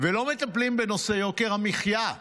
ולא מטפלים בנושא יוקר המחיה.